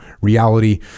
reality